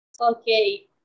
Okay